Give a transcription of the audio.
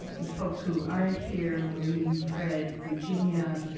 the folks who aren't here, maureen, fred, virginia.